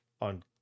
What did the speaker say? on